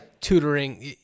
tutoring